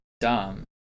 dumb